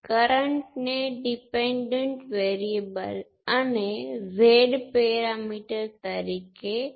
તેથી ચાલો કહીએ કે આપણી પાસે ટુ પોર્ટ છે અને આપણે y પેરામીટર્સ A અને ટર્મિનલ B છે